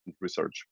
research